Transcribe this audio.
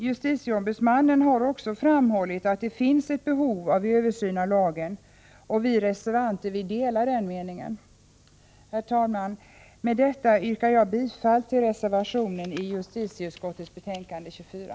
Justitieombudsmannen har också framhållit att det finns ett behov av översyn av lagen, och vi reservanter delar den meningen. Herr talman! Med detta yrkar jag bifall till den reservation som är fogad till justitieutskottets betänkande 24.